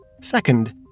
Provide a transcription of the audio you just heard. Second